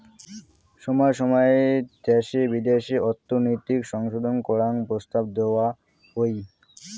সময় সময় দ্যাশে বিদ্যাশে অর্থনৈতিক সংশোধন করাং প্রস্তাব দেওয়া হই